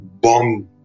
bomb